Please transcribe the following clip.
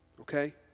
Okay